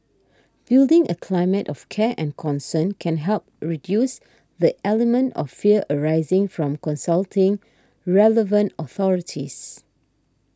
building a climate of care and concern can help reduce the element of fear arising from consulting relevant authorities